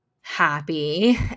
happy